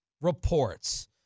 reports